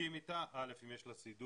בודקים איתה קודם כל אם יש לה סידור,